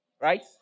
Right